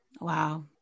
Wow